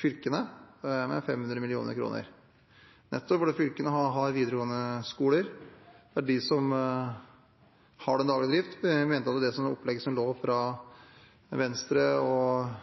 fylkene med 500 mill. kr, nettopp fordi fylkene har ansvaret for de videregående skolene, det er de som har den daglige driften. Vi mente at det opplegget som lå fra Venstre og